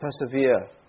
persevere